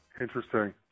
Interesting